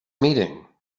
meeting